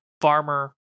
farmer